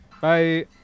Bye